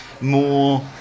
more